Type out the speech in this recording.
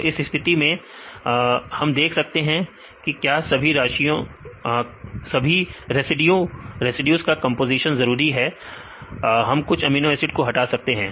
तो इस स्थिति में हम यह देखें की क्या सभी राशियों का कंपोजीशन जरूरी है हम कुछ अमीनो एसिड को हटा सकते हैं